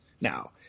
now